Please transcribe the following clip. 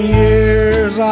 years